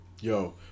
Yo